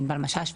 עינבל משש,